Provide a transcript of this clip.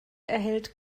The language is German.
erhält